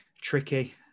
tricky